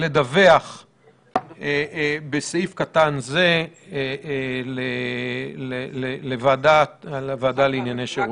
לדווח בסעיף קטן זה לוועדה לענייני שירות".